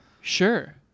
sure